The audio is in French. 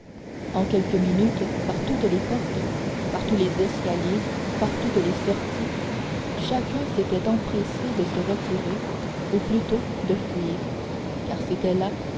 en quelques minutes par toutes les portes par tous les escaliers par toutes les sorties chacun s'était empressé de se retirer ou plutôt de fuir car c'était là